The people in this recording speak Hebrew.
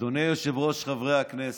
אדוני היושב-ראש, חברי הכנסת,